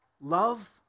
love